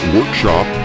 Workshop